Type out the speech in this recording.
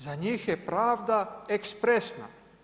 Za njih je pravda ekspresna.